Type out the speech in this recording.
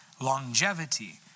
longevity